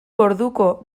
orduko